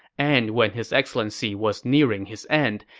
and when his excellency was nearing his end,